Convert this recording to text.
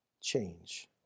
change